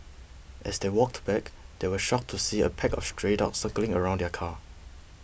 as they walked back they were shocked to see a pack of stray dogs circling around the car